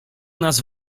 nas